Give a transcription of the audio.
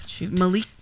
Malik